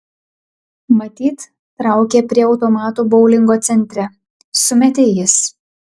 matyt traukia prie automatų boulingo centre sumetė jis